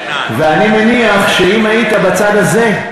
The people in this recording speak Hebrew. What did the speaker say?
ואני מניח שאם היית בצד הזה,